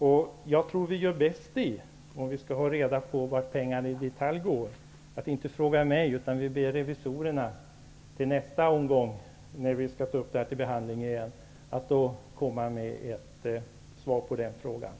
Om man i detalj vill veta vart pengarna går tror jag att man gör bäst i att inte fråga mig utan att be revisorerna att svara på den frågan nästa gång vi skall ta upp anslaget till behandling.